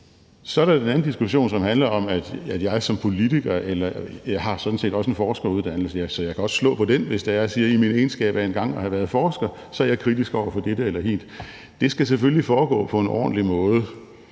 Så er der det andet element, som handler om, at jeg udtaler mig som politiker, men jeg har sådan set også en forskeruddannelse, så jeg kan også slå på det, hvis det er, og sige, at jeg i min egenskab af engang at have været forsker er kritisk over for dette eller hint. Det skal selvfølgelig foregå på en ordentlig måde,